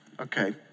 Okay